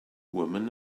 woman